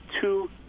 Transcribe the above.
two